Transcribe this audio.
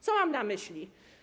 Co mam na myśli?